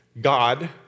God